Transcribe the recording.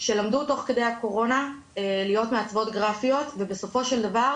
שלמדו תוך כדי הקורונה להיות מעצבות גרפיות ובסופו של דבר